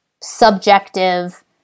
subjective